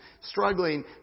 struggling